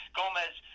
Gomez